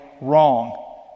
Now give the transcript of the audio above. wrong